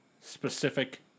specific